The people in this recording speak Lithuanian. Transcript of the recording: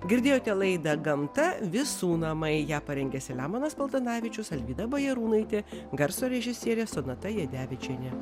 girdėjote laida gamta visų namai ją parengė selemonas paltanavičius alvyda bajarūnaitė garso režisierė sonata jadevičienė